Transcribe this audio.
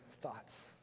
thoughts